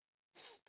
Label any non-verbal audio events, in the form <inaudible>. <noise>